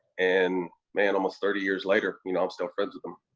and, man, almost thirty years later, you know, i'm still friends with them.